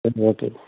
ஓகேம்மா